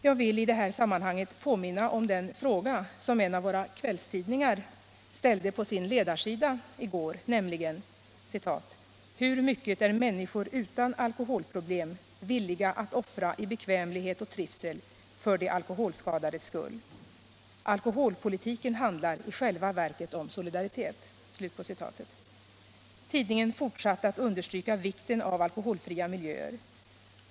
Jag vill i det här sammanhanget påminna om den fråga som en av våra kvällstidningar ställde på sin ledarsida i går: ”Hur mycket är människor utan alkoholproblem villiga att offra i bekvämlighet och trivsel för de alkoholskadades skull? Alkoholpolitiken handlar i själva verket om solidaritet.” Tidningen fortsatte med att understryka vikten av alkoholfria miljöer.